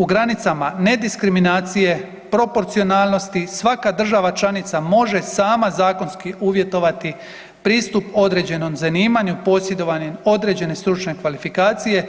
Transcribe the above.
U granicama nediskriminacije, proporcionalnosti svaka država članica može sama zakonski uvjetovati pristup određenom zanimanju posjedovanjem određene stručne kvalifikacije